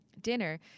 dinner